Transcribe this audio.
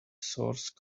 source